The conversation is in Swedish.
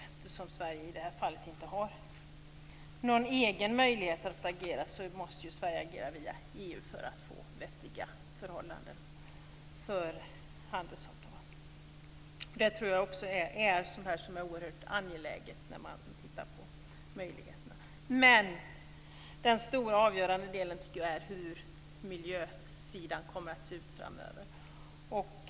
Eftersom Sverige i det här fallet inte har någon egen möjlighet att agera måste vi agera via EU för att få vettiga förhållanden för handelsavtal. Det är också oerhört angeläget när man tittar på möjligheterna. Men den stora, avgörande delen tycker jag är hur det kommer att se ut på miljösidan framöver.